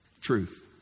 truth